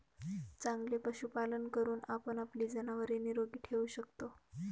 चांगले पशुपालन करून आपण आपली जनावरे निरोगी ठेवू शकतो